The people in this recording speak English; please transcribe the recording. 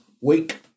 week